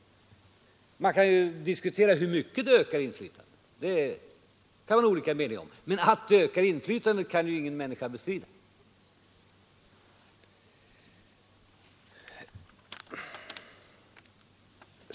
Man kan ju ha olika mening om hur mycket det ökar inflytandet, men att det ökar kan ju ingen människa bestrida.